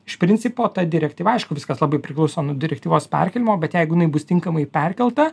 iš principo ta direktyva aišku viskas labai priklauso nuo direktyvos perkėlimo bet jeigu jinai bus tinkamai perkelta